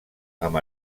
amb